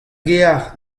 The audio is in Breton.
gêr